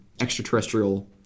extraterrestrial